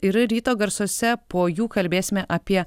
ir ryto garsuose po jų kalbėsime apie